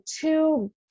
two